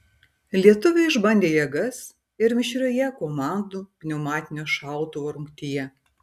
lietuviai išbandė jėgas ir mišrioje komandų pneumatinio šautuvo rungtyje